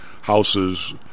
houses